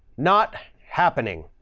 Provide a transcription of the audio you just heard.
not happening.